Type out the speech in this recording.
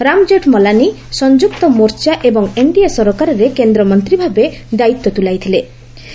ରାମ ଜେଠ୍ମଲାନୀ ସଂଯୁକ୍ତ ମୋର୍ଚ୍ଚା ଏବଂ ଏନ୍ଡିଏ ସରକାରରେ କେନ୍ଦ୍ରମନ୍ତ୍ରୀ ଭାବେ ଦାୟିତ୍ୱ ତୁଲାଇଥିଳେ